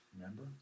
Remember